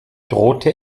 drohte